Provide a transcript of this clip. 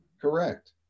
correct